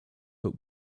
but